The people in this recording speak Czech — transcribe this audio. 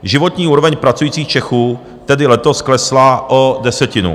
Životní úroveň pracujících Čechů tedy letos klesla o desetinu.